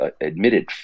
admitted –